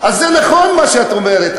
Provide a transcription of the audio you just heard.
זה נכון, מה שאת אומרת.